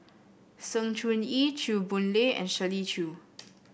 Sng Choon Yee Chew Boon Lay and Shirley Chew